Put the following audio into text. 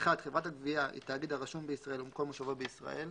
(1)חברת הגבייה היא תאגיד הרשום בישראל ומקום מושבו בישראל,